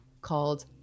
called